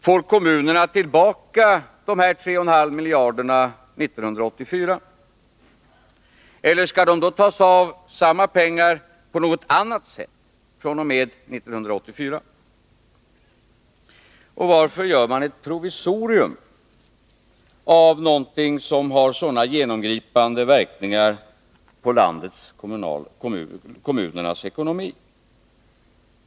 Får kommunerna tillbaka dessa 3,5 miljarder 1984? Eller skall samma pengar tas ut på något annat sätt fr.o.m. 1984? Och varför gör man ett provisorium av någonting som har så genomgripande verkningar på landets och kommunernas ekonomi?